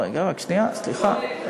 לא עונה לי, רק שנייה, סליחה.